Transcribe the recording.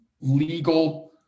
legal